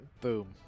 Boom